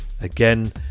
Again